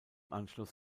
anschluss